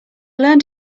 learned